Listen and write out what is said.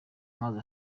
mazi